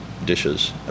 Dishes